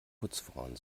putzfrauen